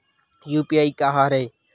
UPI का हरय?